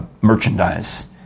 merchandise